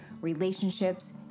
relationships